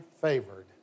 favored